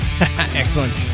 Excellent